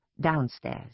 downstairs